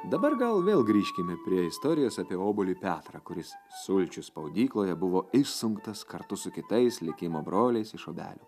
dabar gal vėl grįžkime prie istorijos apie obuolį petrą kuris sulčių spaudykloje buvo išsunktas kartu su kitais likimo broliais iš obelių